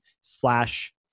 slash